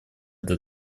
для